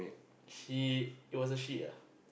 she it was she